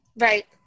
Right